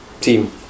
team